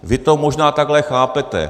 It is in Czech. Vy to možná takhle chápete.